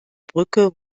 brücke